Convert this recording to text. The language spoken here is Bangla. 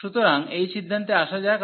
সুতরাং এই সিদ্ধান্তে আসা যাক